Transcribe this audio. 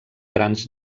grans